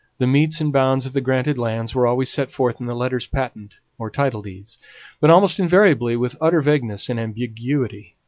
the metes and bounds of the granted lands were always set forth in the letters-patent or title-deeds but almost invariably with utter vagueness and ambiguity.